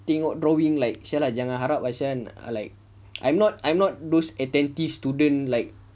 tengok drawing like !siala! jangan harap lah [sial] like I'm not I'm not those attentive student like